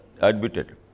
admitted